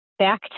Back